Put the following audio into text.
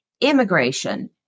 immigration